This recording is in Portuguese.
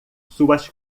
suas